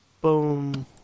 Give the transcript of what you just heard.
Boom